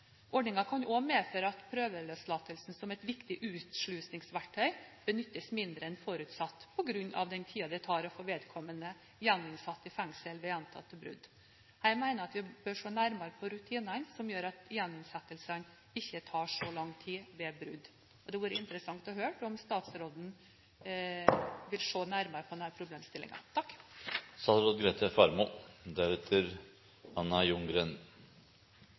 kan også medføre at prøveløslatelsen, som et viktig utslusingsverktøy, benyttes mindre enn forutsatt på grunn av den tiden det tar å få vedkommende gjeninnsatt i fengsel ved gjentatte brudd. Jeg mener vi bør se nærmere på rutinene som gjør at gjeninnsettelsene ikke tar så lang tid ved brudd. Det hadde vært interessant å høre om statsråden vil se nærmere på